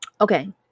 Okay